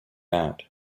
out